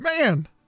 Man